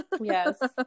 Yes